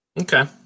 Okay